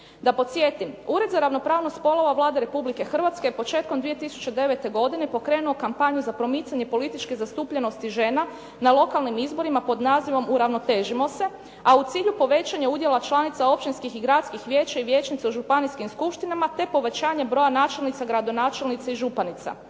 Da podsjetim Ured za ravnopravnost spolova Vlade Republike Hrvatske početkom 2009. godine pokrenuo je kampanju za promicanje političke zastupljenosti žena na lokalnim izborima pod nazivom uravnotežimo se, a u cilju povećanje udjela općinskih i gradskih vijeća i vijećnica u županijskim skupštinama te povećanje broja načelnica, gradonačelnica i županica.